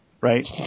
right